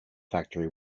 factory